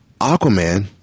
Aquaman